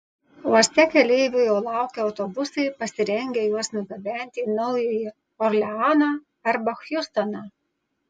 uoste keleivių jau laukia autobusai pasirengę juos nugabenti į naująjį orleaną arba hjustoną